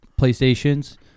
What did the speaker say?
Playstations